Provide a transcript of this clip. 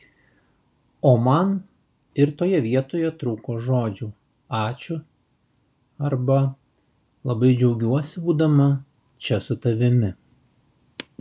o man ir toje vietoje trūko žodžių ačiū arba labai džiaugiuosi būdama čia su tavimi